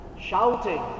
shouting